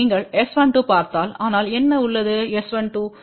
நீங்கள் S12பார்த்தால் ஆனால் என்ன உள்ளது S12